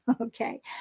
Okay